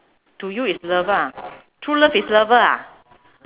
to you is lover ah true love is lover